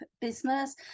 business